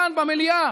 כאן במליאה,